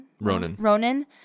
Ronan